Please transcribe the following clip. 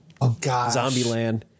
Zombieland